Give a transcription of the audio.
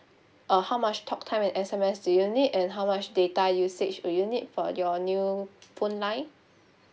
uh how much talk time and S_M_S do you need and how much data usage do you need for your new phone line